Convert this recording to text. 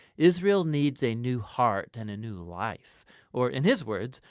israel needs a new heart and a new life or in his words,